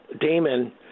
Damon